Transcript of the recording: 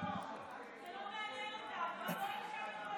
אני בודק אם זה אפשרי.